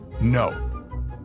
no